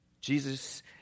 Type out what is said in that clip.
Jesus